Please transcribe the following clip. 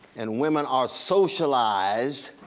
and women are socialized